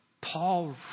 Paul